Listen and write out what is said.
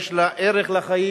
יש לה ערך לחיים,